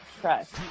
trust